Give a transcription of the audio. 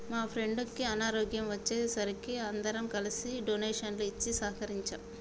మా ఫ్రెండుకి అనారోగ్యం వచ్చే సరికి అందరం కలిసి డొనేషన్లు ఇచ్చి సహకరించాం